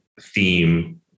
theme